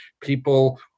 people